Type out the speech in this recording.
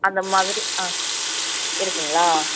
அந்த மாதிரி ஆ இருக்குதுங்களா